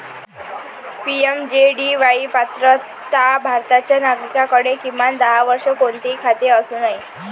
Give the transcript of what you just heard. PMJDY पात्रता भारताच्या नागरिकाकडे, किमान दहा वर्षे, कोणतेही खाते असू नये